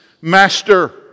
master